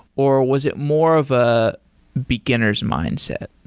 or was it more of a beginner's mindset?